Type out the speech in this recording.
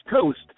Coast